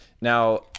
now